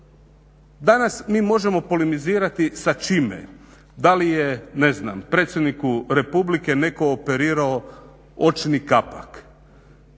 Danas mi možemo polemizirati sa čime? Da li je, ne znam, predsjedniku Republike netko operirao očni kapak.